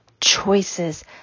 choices